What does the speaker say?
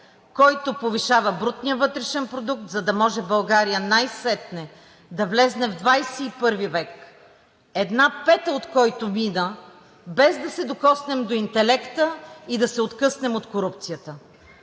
който повишава брутния вътрешен продукт, за да може България най-сетне да влезе в XXI век, една пета от който мина, без да се докоснем до интелекта и да се откъснем от корупцията.